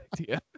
idea